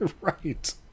Right